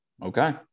Okay